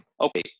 Okay